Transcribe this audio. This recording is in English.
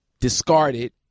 discarded